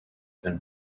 been